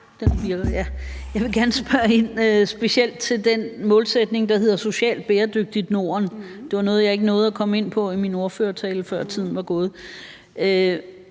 Jeg vil gerne spørge specielt ind til den målsætning, der hedder »et socialt bæredygtigt Norden«. Det var noget, jeg ikke nåede at komme ind på i min ordførertale, før tiden var gået.